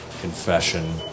confession